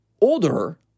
older